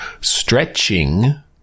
Stretching